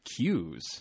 cues